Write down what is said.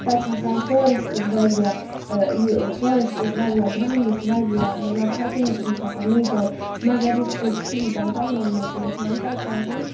تَتہِ چھِ آسان فاریسٹِس واریاہ یہِ فاریسٹِس واریاہ گراونڈٕس واریاہ مطلب ہَر کُنہِ کِنۍ چھُ آسان نیچَر مگر یُس أسۍ سِٹیٖزَن ٹاونَن مَنٛز چھِ وٕچھان تَتہِ چھِ آسان